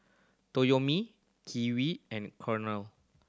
Toyomi Kiwi and Cornell